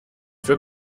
für